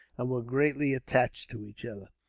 and were greatly attached to each other.